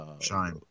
shine